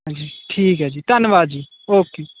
ਹਾਂਜੀ ਠੀਕ ਹੈ ਜੀ ਧੰਨਵਾਦ ਜੀ ਓਕੇ